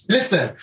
Listen